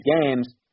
games